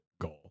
goal